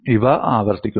അവ ആവർത്തിക്കുന്നു